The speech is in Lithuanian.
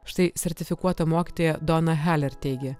štai sertifikuota mokytoja dona haler teigė